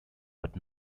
but